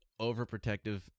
overprotective